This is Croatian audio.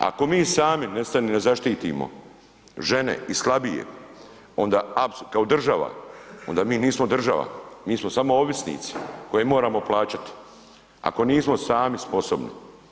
Ako mi sami ne zaštitimo žene i slabije kao država, onda mi nismo država, mi smo samo ovisnici koji moramo plaćati, ako nismo sami sposobni.